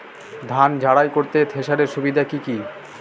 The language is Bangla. ধান ঝারাই করতে থেসারের সুবিধা কি কি?